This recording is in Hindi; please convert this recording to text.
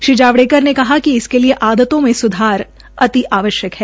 श्री जावड़ेकर ने कहा कि इसके लिए आदतों में सुधार की अति आवश्क्ता है